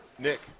Nick